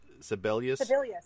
Sebelius